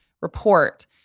report